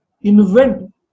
invent